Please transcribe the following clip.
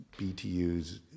BTUs